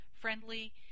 friendly